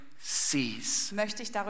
sees